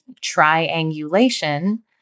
triangulation